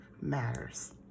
matters